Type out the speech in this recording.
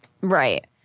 Right